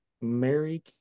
Mary